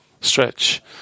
stretch